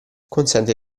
consente